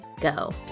go